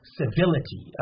civility